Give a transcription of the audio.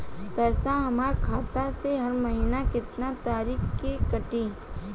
पैसा हमरा खाता से हर महीना केतना तारीक के कटी?